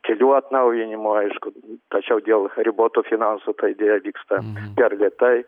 kelių atnaujinimo aišku tačiau dėl ribotų finansų ta idėja vyksta per lėtai